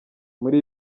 muri